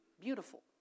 beautiful